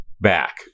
back